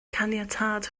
caniatâd